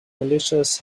militias